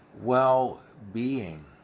well-being